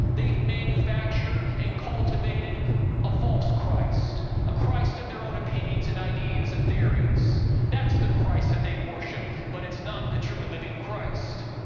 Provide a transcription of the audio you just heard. they've manufactured and cultivated a false christ, a christ of their own opinions and ideas and theories that's the christ that they worship, but it's not the true and living christ.